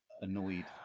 annoyed